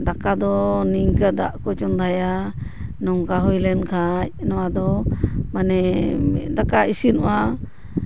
ᱫᱟᱠᱟ ᱫᱚ ᱱᱤᱝᱠᱟᱹ ᱫᱟᱜ ᱠᱚ ᱪᱚᱫᱟᱭᱟ ᱱᱚᱝᱠᱟ ᱦᱩᱭ ᱞᱮᱱᱠᱷᱟᱱ ᱱᱚᱣᱟ ᱫᱚ ᱢᱟᱱᱮ ᱫᱟᱠᱟ ᱤᱥᱤᱱᱚᱜᱼᱟ